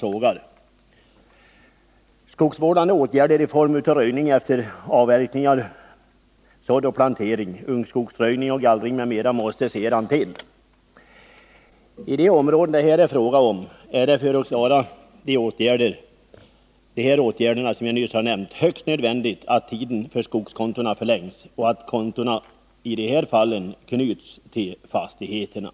Därtill behövs skogsvårdande åtgärder i form av röjning efter avverkning liksom framöver också plantering, ungskogsröjning, gallring m.m. För att man skall kunna vidta de åtgärder jag här har nämnt är det i de områden det är fråga om högst nödvändigt att tiden för skogskontona förlängs och att kontona knyts till fastigheterna.